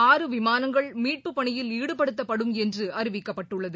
ஆறு விமானங்கள் மீட்புப்பணியில் ஈடுபடுத்தப்படும் என்றுஅறிவிக்கப்பட்டுள்ளது